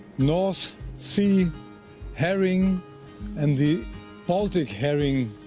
north sea herring and the baltic herring